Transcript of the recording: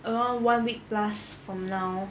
around one week plus from now